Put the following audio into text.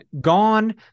gone